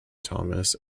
thomas